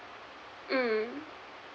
mm